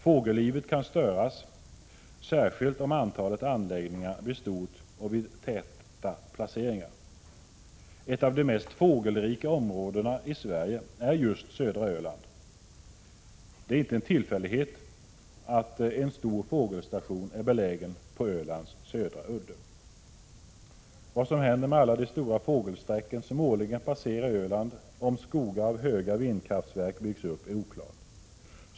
Fågellivet kan störas, särskilt om antalet anläggningar blir stort och vid täta placeringar. Ett av de mest fågelrika områdena i Sverige är just södra Öland. Det är inte en tillfällighet att en stor fågelstation är belägen på Ölands södra udde. Vad som händer med alla de stora fågelsträcken som årligen passerar Öland, om skogar av höga vindkraftverk byggs upp, är oklart.